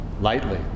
lightly